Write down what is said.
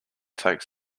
take